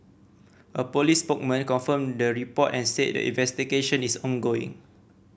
a police spokesman confirmed the report and said the investigation is ongoing